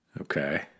Okay